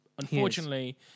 Unfortunately